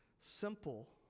simple